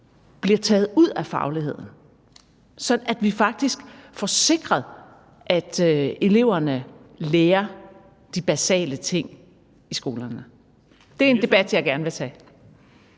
bliver taget ud af fagligheden, så vi faktisk får sikret, at eleverne lærer de basale ting i skolerne. Det er en debat, jeg gerne vil tage.